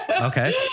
okay